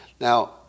Now